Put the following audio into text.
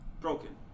broken